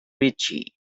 ritchie